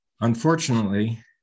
Unfortunately